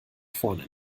vorne